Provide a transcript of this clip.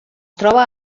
troba